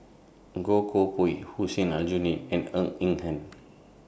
Goh Koh Pui Hussein Aljunied and Ng Eng Hen